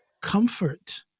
comfort